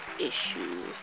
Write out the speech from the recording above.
issues